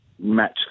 match